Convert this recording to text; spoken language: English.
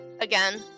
again